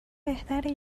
بهتره